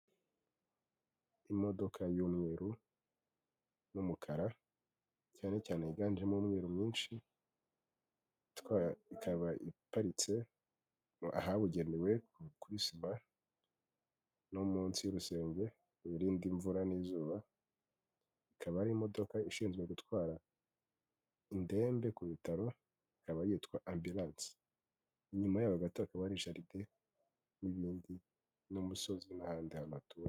Imodoka y'umweru n'umukara, cyane cyane yiganjemo umweru mwinshi, ikaba iparitse ahabugenewe kuri sima no munsi y'urusenge ruyirinda imvura n'izuba, ikaba ari imodoka ishinzwe gutwara indembe ku bitaro, ikaba yitwa ambiranse. Inyuma yaho gato hakaba hari jaride n'ibindi n'umusozi n'ahandi hantu hatuwe.